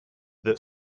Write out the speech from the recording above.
that